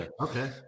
okay